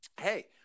hey